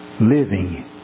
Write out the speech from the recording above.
Living